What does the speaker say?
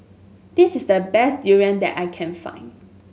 this is the best durian that I can find